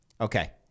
Okay